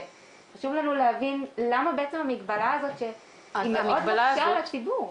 חשוב לנו להבין למה בעצם המגבלה הזאת שהיא מאוד מקשה על הציבור?